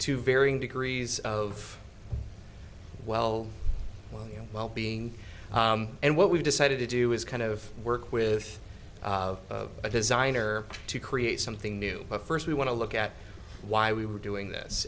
to varying degrees of well you know well being and what we decided to do is kind of work with a designer to create something new but first we want to look at why we were doing this